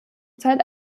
zeit